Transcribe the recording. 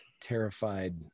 terrified